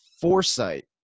foresight